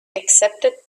accepted